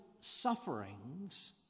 sufferings